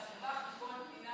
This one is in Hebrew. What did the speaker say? כל מילה פנינה.